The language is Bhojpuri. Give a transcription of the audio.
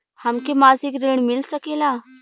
हमके मासिक ऋण मिल सकेला?